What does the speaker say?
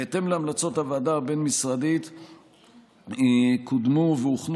בהתאם להמלצות הוועדה הבין-משרדית קודמו והוכנו